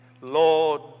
Lord